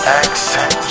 accent